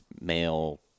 male